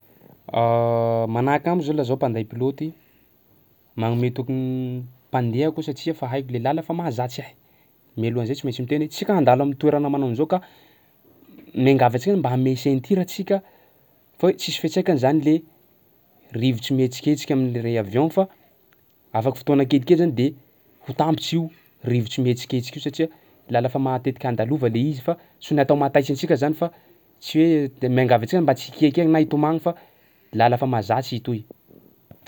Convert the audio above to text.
Manahaka amiko zao laha zao mpanday pilôty magnome toky gny mpandehako satsia fa haiko le làla fa mahazatsy ahy. Mialohan'izay tsy maintsy miteny hoe tsika andalo am'toerana manao an'izao ka miangava antsika mba hamehy ceinture atsika fa hoe tsisy fiantsaikany zany le rivotsy mihetsiketsika am'le re- avion fa afaky fotoana kelikely zany de ho tampitsy io rivotsy mihetsiketsika io satsia lalà fa matetiky andalova le izy fa tsy ho natao mahataitsa antsika zany fa tsy hoe t- miangavy antsika mba tsy hikaike na hitomagny fa lalà fa mahazatsy itoy.